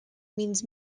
means